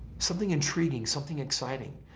something intriguing. something exciting.